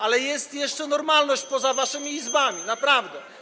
Ale jest jeszcze normalność [[Gwar na sali, dzwonek]] poza waszymi Izbami, naprawdę.